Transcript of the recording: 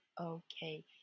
okay